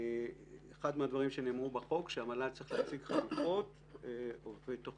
אחד הדברים שנאמרו בחוק הוא שהמל"ל צריך להציג חלופות ותוכניות